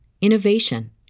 innovation